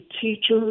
teachers